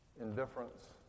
indifference